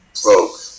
broke